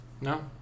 No